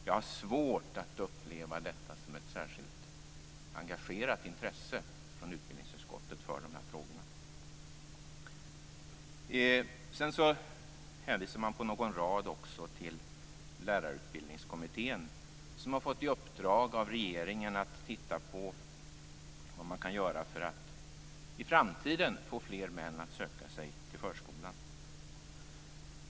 Jag har svårt att uppleva detta som ett engagerat intresse från utbildningsutskottet för dessa frågor. I någon rad hänvisar man till Lärarutbildningskommittén som har fått i uppdrag av regeringen att titta på vad man kan göra för att i framtiden få fler män att söka sig till förskolan.